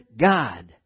God